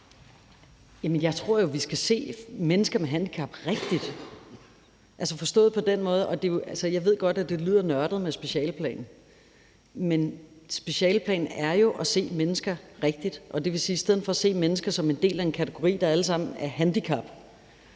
jeg tror jo, at vi skal se mennesker med handicap rigtigt, altså forstået på den måde – og jeg ved godt, at det lyder nørdet med specialeplanen – at specialeplanen jo er at se mennesker rigtigt. Og det vil sige, at i stedet for at se mennesker som en del af en kategori, der for alle sammens